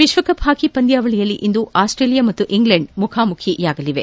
ವಿಶ್ವಕಪ್ ಹಾಕಿ ಪಂದ್ಯಾವಳಿಯಲ್ಲಿ ಇಂದು ಆಸ್ತೇಲಿಯಾ ಮತ್ತು ಇಂಗ್ಲೆಂಡ್ ಮುಖಾಮುಖಿಯಾಗಲಿದೆ